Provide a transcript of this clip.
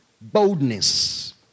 boldness